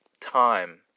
time